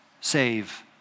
save